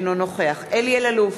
אינו נוכח אלי אלאלוף,